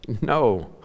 No